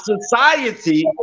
society